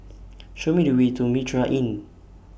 Show Me The Way to Mitraa Inn